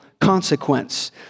consequence